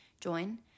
join